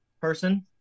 person